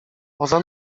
poza